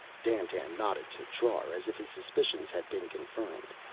dandtan nodded to trar as if his suspicions had been confirmed.